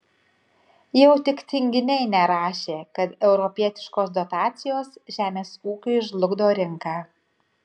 jau tik tinginiai nerašė kad europietiškos dotacijos žemės ūkiui žlugdo rinką